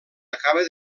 acaba